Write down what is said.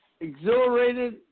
exhilarated